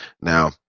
Now